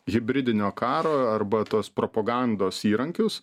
hibridinio karo arba tos propagandos įrankius